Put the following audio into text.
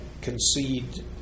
concede